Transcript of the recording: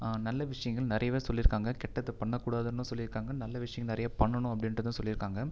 நல்ல விஷயங்கள் நிறையவே சொல்லிருக்காங்க கெட்டது பண்ணகூடாதுன்னு சொல்லியிருக்காங்க நல்ல விஷயம் நிறைய பண்ணுனு அப்படின்றது சொல்லிருக்காங்க